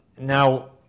Now